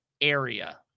area